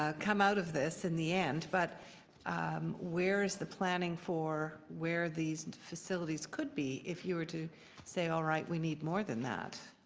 ah come out of this in the end, but where is the planning for where these facilities could be if you were to say all right, we need more than that?